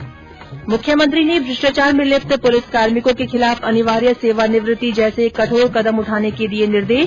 ्म मुख्यमंत्री ने भ्रष्टाचार में लिप्त पुलिस कार्मिकों के खिलाफ अनिवार्य सेवानिवृत्ति जैसे कठोर कदम उठाने के दिए निर्देश